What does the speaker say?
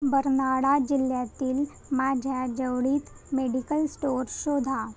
बर्नाडा जिल्ह्यातील माझ्याजवळीत medical store शोधा